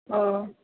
ओ